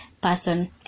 person